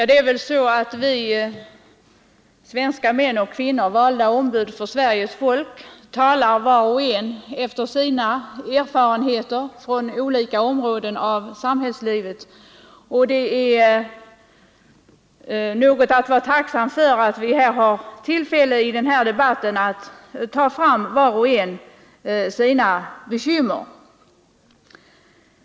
Herr talman! Vi svenska män och kvinnor, valda ombud för Sveriges folk, talar var och en efter sina erfarenheter från olika områden av samhällslivet. Vi bör vara tacksamma för att var och en av oss i denna debatt har tillfälle att ta fram just sina bekymmer.